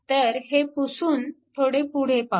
तर हे पुसून थोडे पुढे पाहू